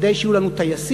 כדי שיהיו לנו טייסים,